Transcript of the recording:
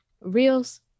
reels